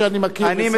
אין מחלוקת בזה.